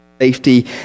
safety